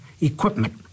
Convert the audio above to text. equipment